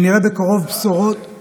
סגנית השר, שנראה בקרוב בשורות, השר.